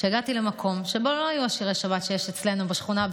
כשהגעתי למקום שבו לא היו שירי השבת שיש אצלנו בשכונה,